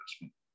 investment